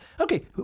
okay